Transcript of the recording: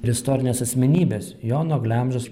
ir istorinės asmenybės jono glemžos